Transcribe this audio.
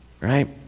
right